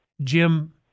Jim